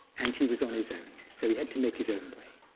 and he was on his own, so he had to make his own way.